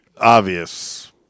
obvious